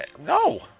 No